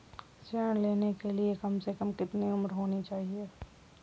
ऋण लेने के लिए कम से कम कितनी उम्र होनी चाहिए?